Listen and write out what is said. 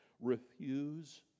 refuse